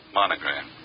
monogram